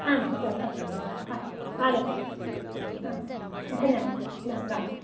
आमां तर्हि सरि सरि अस्तु आगच्छामि हा धन्यवादः दा रां राम्